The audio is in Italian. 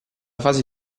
fase